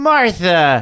Martha